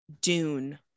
Dune